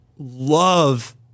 Love